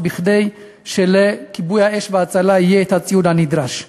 כדי שלכיבוי האש וההצלה יהיה הציוד הנדרש.